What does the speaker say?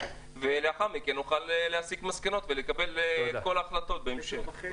ולאחר מכן נוכל להסיק מסקנות ולקבל כל החלטה בהמשך.